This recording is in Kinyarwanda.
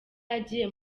agiye